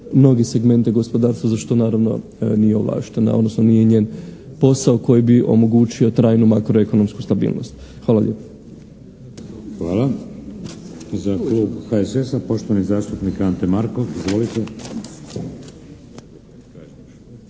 mnoge segmente gospodarstva, za što naravno nije ovlaštena, odnosno njen posao koji bi omogućio trajnu makroekonomsku stabilnost. Hvala lijepo. **Šeks, Vladimir (HDZ)** Hvala. Za klub HSS-a, poštovani zastupnik Ante Markov. Izvolite.